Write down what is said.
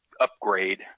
upgrade